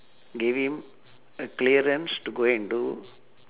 gave him a clearance to go and do